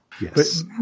Yes